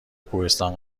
کوهستان